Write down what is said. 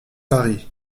paris